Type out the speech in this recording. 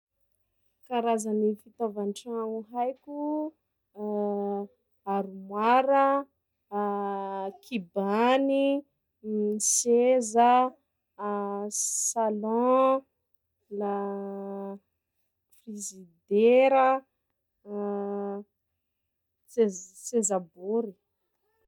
Karazagny fitaova an-tragno haiko: armoire, kibany, seza, salon, la- frizidera, tsez- seza-boro.